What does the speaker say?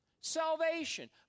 Salvation